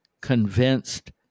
convinced